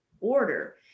order